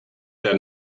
der